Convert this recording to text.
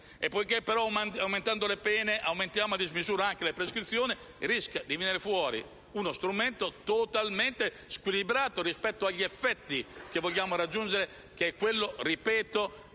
e poiché, però, aumentando le pene aumentiamo a dismisura anche le prescrizioni - rischia di venire fuori uno strumento totalmente squilibrato rispetto agli effetti che vogliamo raggiungere, che sono - ripeto